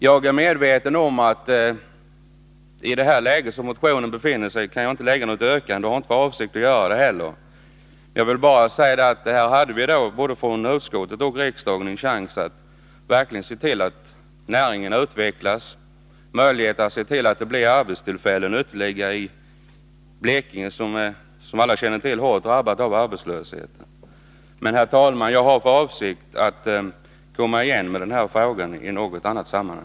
Jag är medveten om att jag i det läge som motionen befinner sig i inte kan ställa något yrkande, och jag har inte heller för avsikt att göra detta. Jag vill bara säga att utskottet och riksdagen här hade en chans att verkligen se till att näringen utvecklas och att ytterligare arbetstillfällen skapas i Blekinge, där man, som alla känner till, är drabbad av arbetslöshet. Jag avser dock, herr talman, att återkomma i denna fråga i något annat sammanhang.